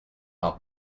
are